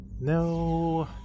No